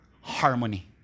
harmony